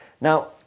Now